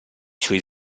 suoi